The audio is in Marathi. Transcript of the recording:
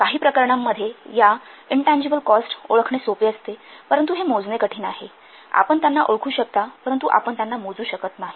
काही प्रकरणांमध्ये या इनटँजिबल कॉस्ट ओळखणे सोपे आहे परंतु हे मोजणे कठीण आहे आपण त्यांना ओळखू शकता परंतु आपण त्यांना मोजू शकत नाही